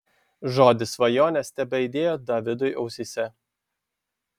žodis svajonės tebeaidėjo davidui ausyse